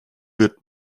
wird